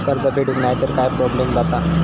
कर्ज फेडूक नाय तर काय प्रोब्लेम जाता?